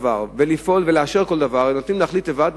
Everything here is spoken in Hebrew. לבקר כל דבר ולאשר כל דבר אלא נותנים להחליט לבד,